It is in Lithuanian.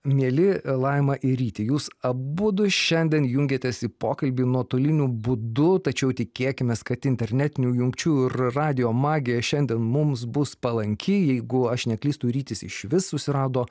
mieli laima ir ryti jūs abudu šiandien jungiatės į pokalbį nuotoliniu būdu tačiau tikėkimės kad internetinių jungčių ir radijo magija šiandien mums bus palanki jeigu aš neklystu rytis išvis susirado